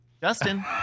Justin